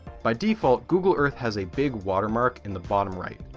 by default google earth has a big watermark in the bottom right,